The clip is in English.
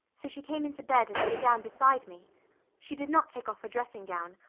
so she came into bed, and lay down beside me she did not take off her dressing gown,